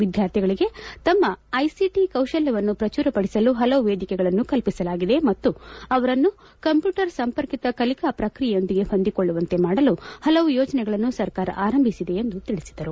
ವಿದ್ಯಾರ್ಥಿಗಳಿಗೆ ತಮ್ಮ ಐಸಿಟಿ ಕೌಶಲವನ್ನು ಪ್ರಚುರಪಡಿಸಲು ಹಲವು ವೇದಿಕೆಗಳನ್ನು ಕಲ್ಪಿಸಲಾಗಿದೆ ಮತ್ತು ಅವರನ್ನು ಕಂಪ್ಯೂಟರ್ ಸಂಪರ್ಕಿತ ಕಲಿಕಾ ಪ್ರಕ್ರಿಯೆಯೊಂದಿಗೆ ಹೊಂದಿಕೊಳ್ಳುವಂತೆ ಮಾಡಲು ಹಲವು ಯೋಜನೆಗಳನ್ನು ಸರ್ಕಾರ ಆರಂಭಿಸಿದೆ ಎಂದು ತಿಳಿಸಿದರು